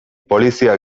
polizia